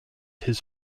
his